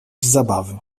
zabawy